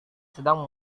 sedang